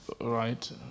right